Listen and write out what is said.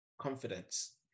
confidence